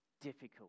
difficult